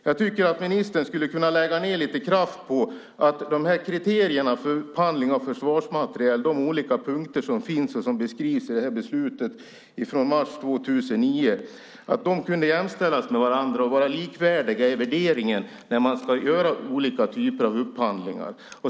Jag tycker att ministern skulle kunna lägga ned lite kraft på att se till att kriterierna för upphandling av försvarsmateriel och de olika punkter som beskrivs i beslutet från mars 2009 ska jämställas med varandra och vara likvärdiga i värderingen vid olika typer av upphandlingar.